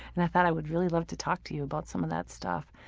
and i thought i would really love to talk to you about some of that stuff.